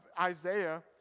Isaiah